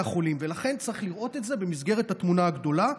החולים ולכן צריך לראות את זה במסגרת התמונה הגדולה.